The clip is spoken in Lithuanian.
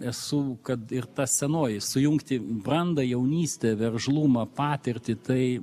esu kad ir ta senoji sujungti brandą jaunystę veržlumą patirtį tai